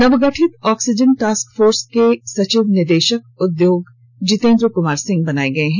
नवगठित oxygen task force के सचिव निदेशक उद्योग जितेंद्र कुमार सिंह बनाए गए हैं